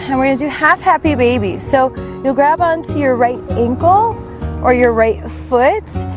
and we're gonna do half happy, baby so you'll grab on to your right ankle or your right foot?